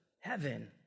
heaven